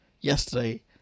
yesterday